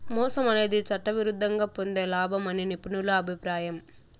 మోసం అనేది చట్టవిరుద్ధంగా పొందే లాభం అని నిపుణుల అభిప్రాయం